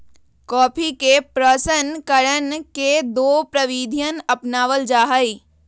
coffee के प्रशन करण के दो प्रविधियन अपनावल जा हई